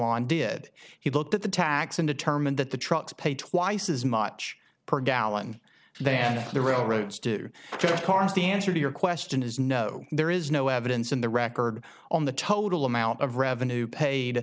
en did he looked at the tax and determined that the trucks pay twice as much per gallon than the railroads do to have cars the answer to your question is no there is no evidence in the record on the total amount of revenue paid